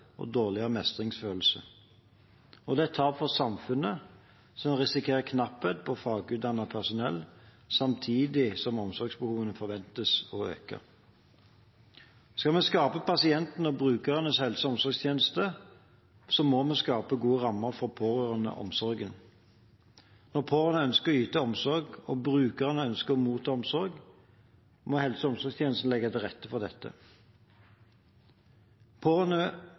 og dårligere mestringsfølelse, og det er et tap for samfunnet, som risikerer knapphet på fagutdannet personell, samtidig som omsorgsbehovene forventes å øke. Skal vi skape pasientens og brukerens helse- og omsorgstjeneste, må vi skape gode rammer for pårørendeomsorgen. Når pårørende ønsker å yte omsorg og brukeren ønsker å motta omsorg, må helse- og omsorgstjenestene legge til rette for dette.